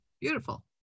Beautiful